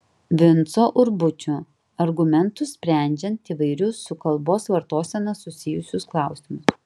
vinco urbučio argumentus sprendžiant įvairius su kalbos vartosena susijusius klausimus